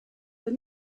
the